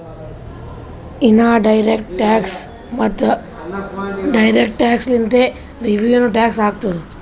in direct tax ಮತ್ತ direct tax ಲಿಂತೆ revenue tax ಆತ್ತುದ್